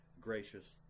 gracious